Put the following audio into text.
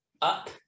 up